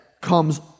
comes